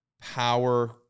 power